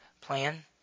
plan